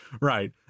right